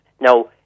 Now